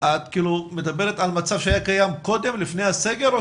את מדברת על מצב שהיה קיים קודם לפני הסגר או